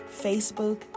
Facebook